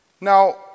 Now